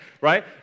right